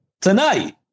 tonight